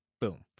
boom